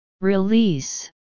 Release